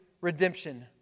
redemption